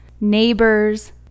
neighbors